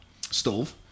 stove